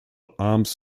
arms